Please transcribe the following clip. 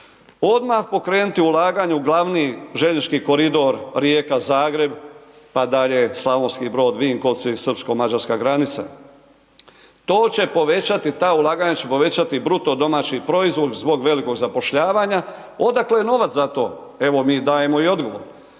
Odmah pokrenuti ulaganje u glavni željeznički koridor Rijeka-Zagreb, pa dalje Slavonski Brod-Vinkovci i srpsko-mađarska granica. To će povećati, ta ulaganja će povećati BDP zbog velikog zapošljavanja, odakle novac za to? Evo mi dajemo i odgovor.